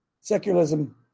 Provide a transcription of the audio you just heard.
Secularism